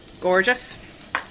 gorgeous